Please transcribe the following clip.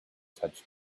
touched